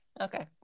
Okay